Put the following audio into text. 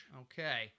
Okay